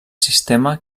sistema